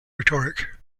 rhetoric